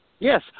Yes